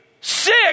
sick